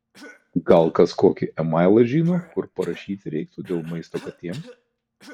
gal kas kokį e mailą žino kur parašyti reiktų dėl maisto katėms